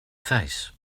face